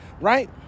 Right